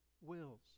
wills